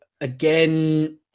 again